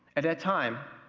at that time,